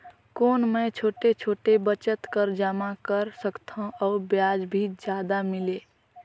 कौन मै छोटे छोटे बचत कर जमा कर सकथव अउ ब्याज भी जादा मिले?